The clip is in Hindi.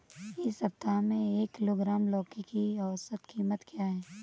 इस सप्ताह में एक किलोग्राम लौकी की औसत कीमत क्या है?